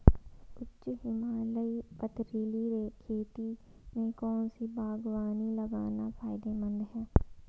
उच्च हिमालयी पथरीली खेती में कौन सी बागवानी लगाना फायदेमंद है?